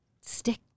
Stick